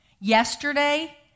yesterday